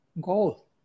goal